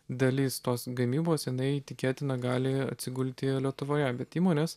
dalis tos gamybos jinai tikėtina gali atsigulti lietuvoje bet įmonės